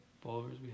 followers